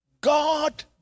god